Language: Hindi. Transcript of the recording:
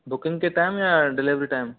बुकिंग के टाइम या डिलिवरी टाइम